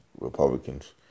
Republicans